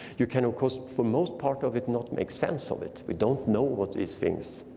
you can, of course, for most part of it, not make sense of it. we don't know what these things,